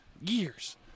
Years